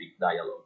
dialogue